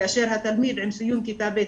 כאשר התלמיד עם סיום כיתה ב',